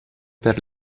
per